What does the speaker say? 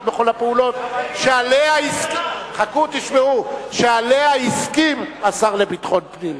את כל הפעולות שעליהן הסכים השר לביטחון פנים,